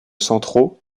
centraux